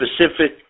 specific